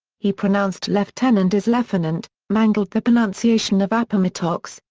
he pronounced lieutenant as leftenant, mangled the pronunciation of appomattox,